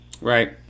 Right